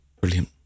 Brilliant